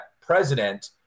president